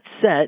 set